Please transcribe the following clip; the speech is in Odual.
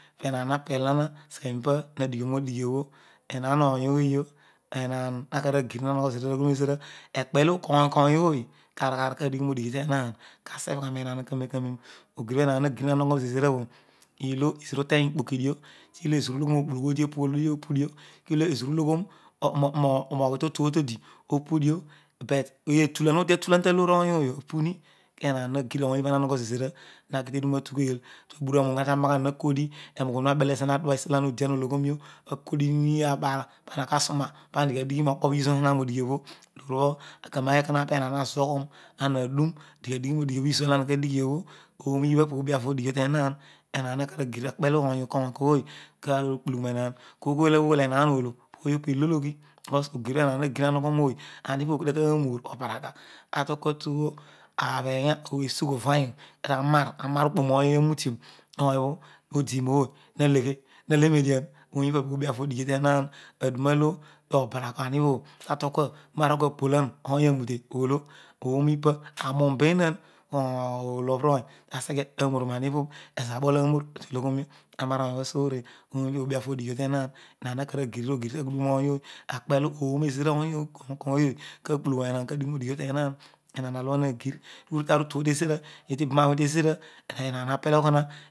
Enaanabel ma naseghempa madighironodighi obho enaan onyooyio ennan ha kagh na kir ma mogho zira onezira ekpe lo ony ony ooy kani kani adighi nodighi ennan kasedh gha ne naan kanen kanen ogir obho enaan na gir na mogho zezira obho ilo ezira uteny ikpoki dio tilo ezira uloghoro okpuloghu odi opudio tilo ezira uloghon moghitotuobhotodi opudio kedio etulan obho odi atulan ta loor ony ooy obho apuni kenaan na kir gha oonibha ma nogho zezira nakitetun atughel tuaburanuun anegha man akodi emugh onuna tabele ziha adua esiolo ama odi amo ologhonio akodikini abaal pana ka suroa pan digha dighi mokpo arol wa bool ila rooy kere kere tetu obo metumo kaar anuum obo metu roo ghool okpo olo saan edia ilo ohamoghitedun ibama wony metugh ghabho okpo kene kere aani na betunu tesiopobho pani oghi odigh oghgh onute oghi tesi ibama wony ani idiobho irol wetughanitu gha obho omman eedi onogho edian omogho eedi roi kpoki olo eedi te ban eki mi tuugha aar olo eedi me va pani omogho eedi orugheel ennan ma gir iburdio oorobha bho moki mezobhe motugheel obho kedio enaan abel okaraph aar oroutedio teboom ma kamero kanen awaki matu pobi avo bho odighi obho tenaan enaan aghool okpulgha zodi kanen kanen oghool adien odi lo odiatu abel zezira ibana wony tezira tesoor tesrolo etu aar olota mute olo idebho tekighu tedun ibanagi ibenaloor ibenoyio onyii oghilghio noonyii kanem kanen oonikarabh awony obho idito odual metele obho ilo bhan oyii ooy tebaan okigh oolo enaan obho tapeigha zezira be okigha enna na kol ookpulugha zodi edianen pezool oghitesi ikpulighi obho enaan alua oleghel oleghel oleghel